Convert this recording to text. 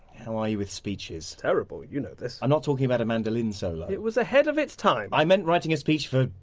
how are you with speeches? terrible, you know this. i'm not talking about a mandolin solo it was ahead of its time i meant writing a speech for,